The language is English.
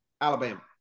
Alabama